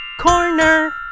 corner